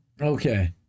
Okay